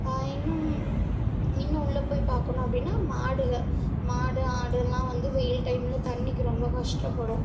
இன்னும் இன்னும் உள்ளே போய் பார்க்கணும் அப்படினா மாடுகள் மாடு ஆடு இதெல்லாம் வந்து வெயில் டைமில் தண்ணிக்கு ரொம்ப கஷ்டப்படும்